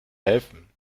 helfen